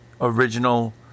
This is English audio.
original